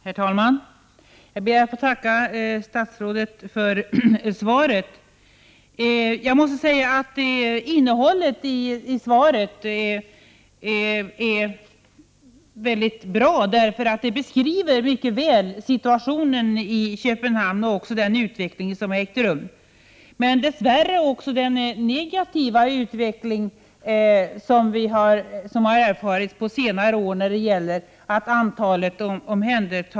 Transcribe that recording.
Herr talman! Jag ber att få tacka statsrådet för svaret. Innehållet i svaret är mycket bra. Det beskriver mycket väl situationen i Köpenhamn och den utveckling som ägt rum, tyvärr också den negativa utveckling som vi har erfarit under senare år med en ökning av antalet klienter.